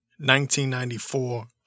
1994